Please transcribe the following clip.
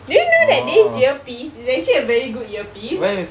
did you know that this earpiece is actually a very good earpiece